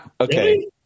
Okay